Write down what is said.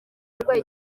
arwaye